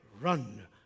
run